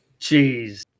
Jeez